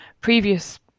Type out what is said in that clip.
previous